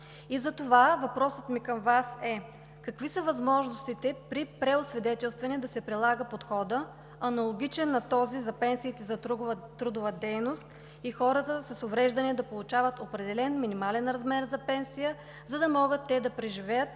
Затова въпросът ми към Вас е: какви са възможностите при преосвидетелстване да се прилага подходът, аналогичен на този за пенсиите за трудова дейност и хората с увреждания да получават определен минимален размер за пенсия, за да могат да преживеят